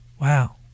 Wow